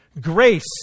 Grace